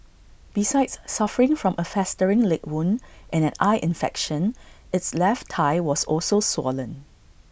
besides suffering from A festering leg wound and an eye infection its left thigh was also swollen